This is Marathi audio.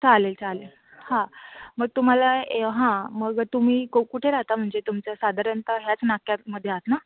चालेल चालेल हा मग तुम्हाला ए हां मग तुम्ही कु कुठे राहता म्हणजे तुमचं साधारणतः ह्याच नाक्यातमध्ये आत ना